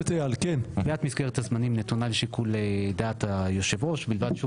קביעת מסגרת הזמנים נתונה לשיקול דעת היושב ראש ובלבד שהוא